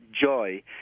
joy